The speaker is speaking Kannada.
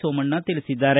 ಸೋಮಣ್ಣ ತಿಳಿಸಿದ್ದಾರೆ